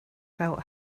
felt